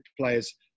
players